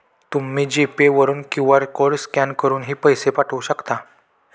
तुम्ही G pay वरून QR code scan करूनही पैसे पाठवू शकता